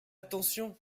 attention